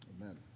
Amen